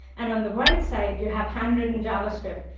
and on the right side, you have handwritten javascript.